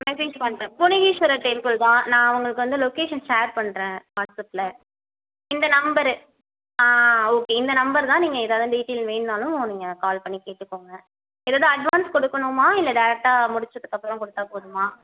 message பார்த்தேன் Bhuvaneshwarar temple தான் நான் அவர்களுக்கு வந்து லொக்கேஷன் ஷேர் பண்ணுறேன் வாட்ஸப்பில் இந்த நம்பரு ஓகே இந்த நம்பர் தான் நீங்கள் ஏதாவது டீட்டெயில் வேணும்னாலும் நீங்கள் கால் பண்ணி கேட்டுக்கோங்க ஏதாவது அட்வான்ஸ் கொடுக்கணுமா இல்லை டேரக்டாக முடித்ததுக்கு அப்புறம் கொடுத்தா போதுமா